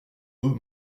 eux